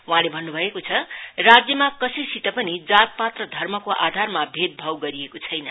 वहाँले भन्नु बएको छ ल राज्यमा कसैत पनि जातपात र धर्मको आधारमा भेदभाव गरिएको छैन